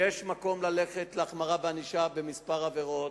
יש מקום ללכת להחמרה בענישה בכמה עבירות.